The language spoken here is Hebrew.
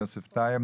יוסף טייב,